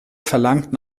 verlangt